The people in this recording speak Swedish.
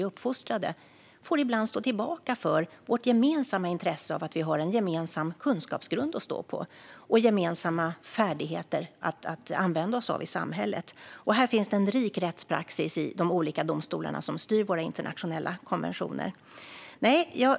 Önskemålen och kraven från föräldrarna får ibland stå tillbaka för vårt gemensamma intresse av att vi har en gemensam kunskapsgrund att stå på och gemensamma färdigheter att använda oss av i samhället. Här finns en rik rättspraxis i de olika domstolar som styr våra internationella konventioner.